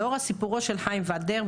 לאור סיפורו של חיים ולדר,